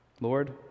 Lord